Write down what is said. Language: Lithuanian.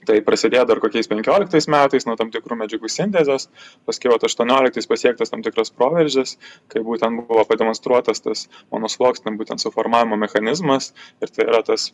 tai prasidėjo dar kokiais penkioliktais metais nuo tam tikrų medžiagų sintezės paskiau vat aštuonioliktais pasiektas tam tikras proveržis kai būtent buvo pademonstruotas tas mono sluoksnio būtent suformavimo mechanizmas ir tai yra tas